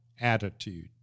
attitude